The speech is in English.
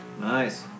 nice